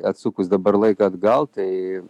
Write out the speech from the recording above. atsukus dabar laiką atgal tai